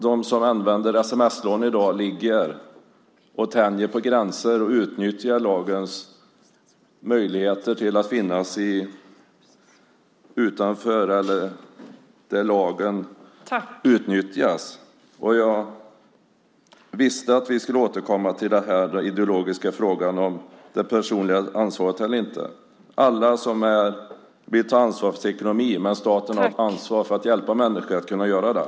De som använder sms-lån i dag tänjer på gränserna och utnyttjar lagens möjligheter. Jag visste att vi skulle återkomma till den ideologiska frågan om det personliga ansvaret. Alla har ansvar för sin ekonomi, men staten har ett ansvar att hjälpa människor att kunna göra det.